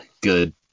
good